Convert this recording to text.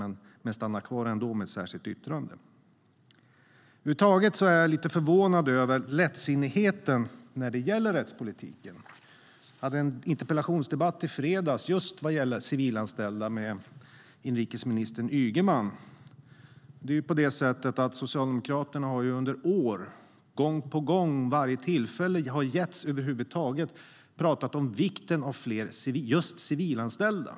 Man stannar dock kvar med ett särskilt yttrande. Över huvud taget är jag lite förvånad över lättsinnigheten när det gäller rättspolitiken. Jag hade en interpellationsdebatt med inrikesminister Ygeman i fredags, och den handlade om just civilanställda. Socialdemokraterna har under flera år, gång på gång och vid varje tillfälle som över huvud taget har getts, talat om vikten av fler civilanställda.